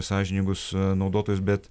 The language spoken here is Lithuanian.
sąžiningus naudotojus bet